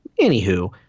Anywho